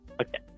Okay